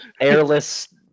Airless